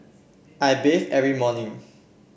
I bathe every morning